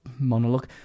monologue